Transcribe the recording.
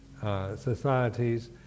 societies